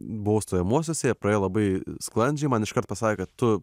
buvau stojamuosiuose jie praėjo labai sklandžiai man iškart pasakė kad tu